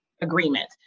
agreement